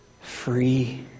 free